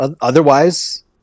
Otherwise